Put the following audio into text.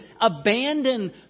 abandon